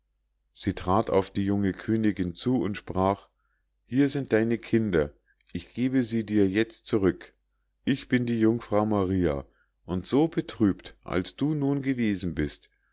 sie trat auf die junge königinn zu und sprach hier sind deine kinder ich gebe sie dir jetzt zurück ich bin die jungfrau maria und so betrübt als du nun gewesen bist